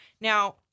Now